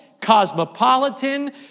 cosmopolitan